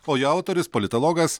o jo autorius politologas